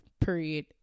period